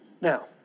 Now